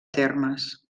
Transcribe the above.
termes